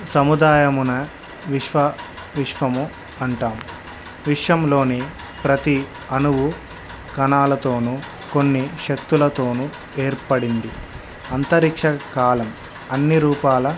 సముదాయము విశ్వ విశ్వము అంటాం విశ్వంలోని ప్రతి అనువు కణాలతోను కొన్ని శక్తులతోను ఏర్పడింది అంతరిక్ష కాలం అన్ని రూపాల